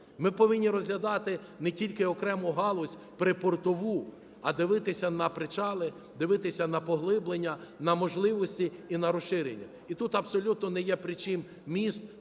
Ми повинні розглядати не тільки окрему галузь припортову, а дивитися на причали, дивитися на поглиблення, на можливості і на розширення. І тут абсолютно не є причім міст,